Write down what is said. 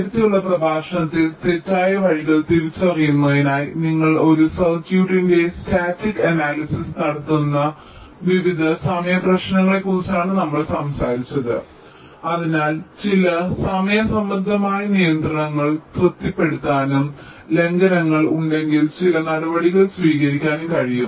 നേരത്തെയുള്ള പ്രഭാഷണങ്ങളിൽ തെറ്റായ വഴികൾ തിരിച്ചറിയുന്നതിനായി നിങ്ങൾ ഒരു സർക്യൂട്ടിന്റെ സ്റ്റാറ്റിക് അനാലിസിസ് നടത്തുന്ന വിവിധ സമയ പ്രശ്നങ്ങളെക്കുറിച്ച് നമ്മൾ സംസാരിച്ചു അതിനാൽ ചില സമയ സംബന്ധമായ നിയന്ത്രണങ്ങൾ തൃപ്തിപ്പെടുത്താനും ലംഘനങ്ങൾ ഉണ്ടെങ്കിൽ ചില നടപടികൾ സ്വീകരിക്കാനും കഴിയും